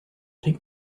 pink